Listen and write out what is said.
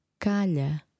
calha